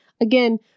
Again